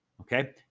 Okay